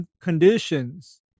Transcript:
conditions